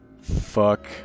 Fuck